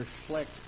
reflect